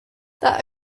that